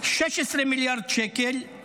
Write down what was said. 16 מיליארד שקל הם